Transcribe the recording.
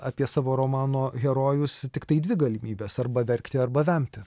apie savo romano herojus tiktai dvi galimybės arba verkti arba vemti